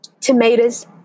Tomatoes